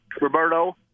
Roberto